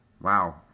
Wow